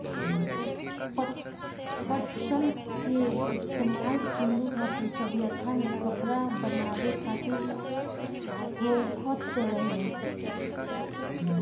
पटसन के इस्तेमाल सिंधु घाटी सभ्यता में कपड़ा बनावे खातिर होखत रहे